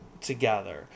together